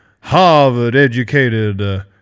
Harvard-educated